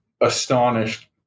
astonished